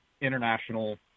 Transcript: international